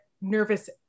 nervous